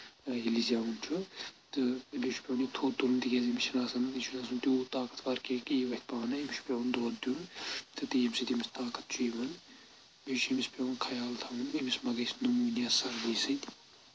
ییٚلہِ زؠوَان چھُ تہٕ بیٚیہِ چھُ پیوان یہِ تھوٚد تُلُن تِکیازِ أمِس چھِنہٕ آسان یہِ چھُنہٕ آسان تیوٗت طاقتور کینٛہہ کہِ یہِ وۄتھِ پانے أمِس چھُ پؠوَان دۄد دیُن تہٕ بیٚیہِ ییٚمہِ سۭتۍ أمِس طاقت چھُ یِوان بیٚیہِ چھِ أمِس پؠوَان خیال تھاوُن أمِس مہ گژھِ نموٗنیا سردی سۭتۍ